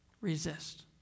resist